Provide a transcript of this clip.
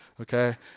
okay